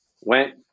went